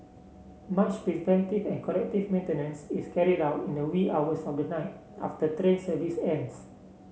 much preventive and corrective maintenance is carried out in the wee hours of the night after train service ends